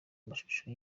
amashusho